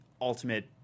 ultimate